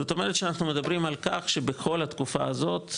זאת אומרת שאנחנו מדברים על כך שבכל התקופה הזאת,